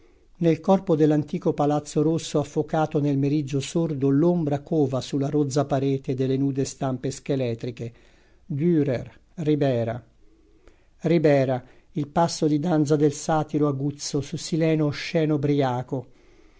nel corpo dell'antico palazzo rosso affocato nel meriggio sordo l'ombra cova sulla rozza parete delle nude stampe scheletriche durer ribera ribera il passo di danza del satiro aguzzo su sileno osceno briaco